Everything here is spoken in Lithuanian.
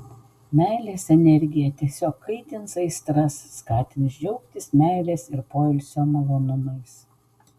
meilės energija tiesiog kaitins aistras skatins džiaugtis meilės ir poilsio malonumais